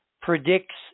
predicts